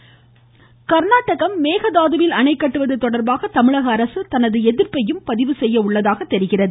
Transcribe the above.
மேலும் கர்நாடகா மேகதாதுவில் அணை கட்டுவது தொடர்பாக தமிழக அரசு தமது எதிர்ப்பையும் பதிவு செய்ய உள்ளதாக தெரிகிறது